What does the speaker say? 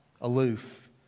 aloof